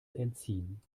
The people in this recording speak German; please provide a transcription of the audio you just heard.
entziehen